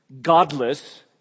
godless